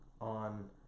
on